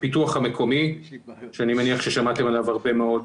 הפיתוח המקומי שאני מניח ששמעתם עליו הרבה מאוד,